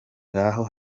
ngo